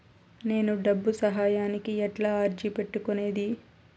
నేను డబ్బు సహాయానికి ఎట్లా అర్జీ పెట్టుకునేది?